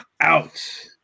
Out